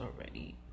already